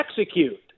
execute